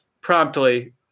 Promptly